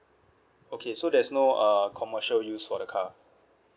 okay so there's no uh commercial use for the car